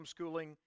homeschooling